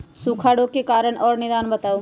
सूखा रोग के कारण और निदान बताऊ?